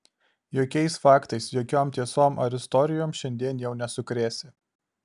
jokiais faktais jokiom tiesom ar istorijom šiandien jau nesukrėsi